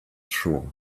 shore